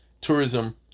tourism